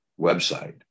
website